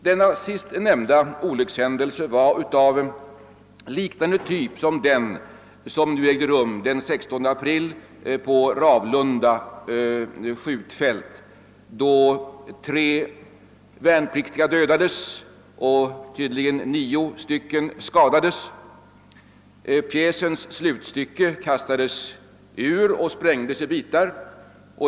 Den sist nämnda olyckshändelsen var av en typ liknande den som ägde rum den 16 april i år på Ravlunda skjutfält, varvid tre värnpliktiga dödades och tydligen nio skadades. Pjäsens slutstycke kastades då ur och sprängdes i bitar.